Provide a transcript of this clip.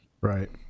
Right